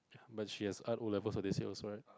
but she has art O-level for this year also right